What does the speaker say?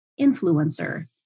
influencer